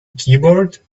keyboard